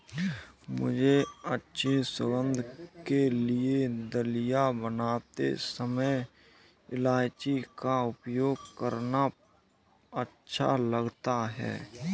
मुझे अच्छी सुगंध के लिए दलिया बनाते समय इलायची का उपयोग करना अच्छा लगता है